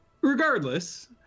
Regardless